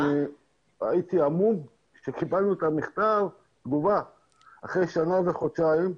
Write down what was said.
מה?! אני הייתי המום כשקיבלנו את מכתב התגובה אחרי שנה וחודשיים.